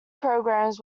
programmes